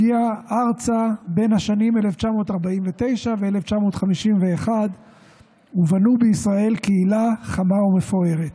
הגיע ארצה בין השנים 1949 ו-1951 ובנו בישראל קהילה חמה ומפוארת.